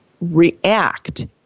react